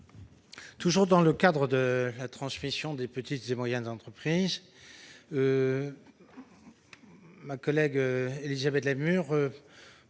Toujours pour favoriser la transmission des petites et moyennes entreprises, ma collègue Élisabeth Lamure